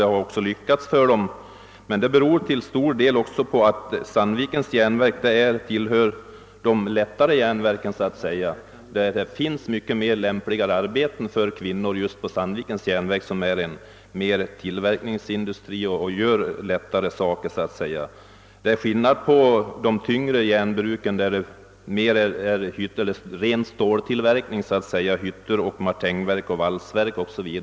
Man har också lyckats därvidlag, men det beror till stor del på att Sandvikens Jernverk tillhör låt mig säga de »lättare» järnverken, där det finns flera lämpliga arbeten för kvinnor. Förhållandet är ett annat på de »tyngre« järnbruken, där det främst rör sig om ren ståltillverkning i hyttor, martinverk, valsverk 0. S. V.